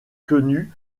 quenu